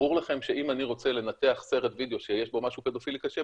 ברור לכם שאם אני רוצה לנתח סרט וידאו שיש בו משהו פדופילי קשה,